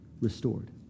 restored